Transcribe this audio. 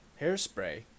hairspray